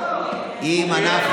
אם אנחנו